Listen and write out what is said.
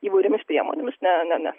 įvairiomis priemonėmis ne ne ne